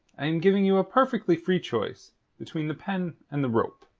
i'm giving you a perfectly free choice between the pen and the rope.